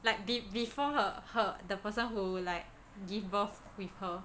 like be~ before her her the person who like give birth with her